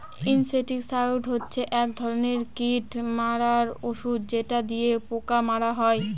insecticide হচ্ছে এক ধরনের কীট মারার ঔষধ যেটা দিয়ে পোকা মারা হয়